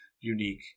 unique